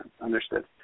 understood